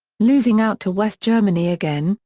losing out to west germany again,